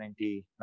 1999